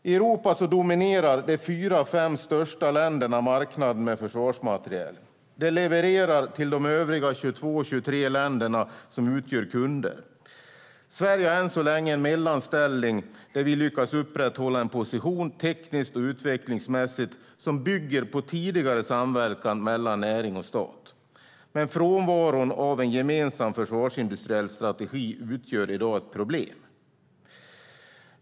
I Europa dominerar de fyra fem största länderna marknaden för försvarsmateriel. De levererar till de övriga 22-23 länderna, som utgör kunder. Sverige har än så länge en mellanställning där vi lyckas upprätthålla en position, tekniskt och utvecklingsmässigt, som bygger på tidigare samverkan mellan näring och stat. Men frånvaron av gemensam försvarsindustriell strategi utgör i dag ett problem.